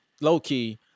low-key